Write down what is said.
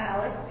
Alex